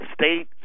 State